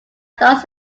thus